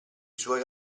suoi